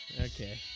Okay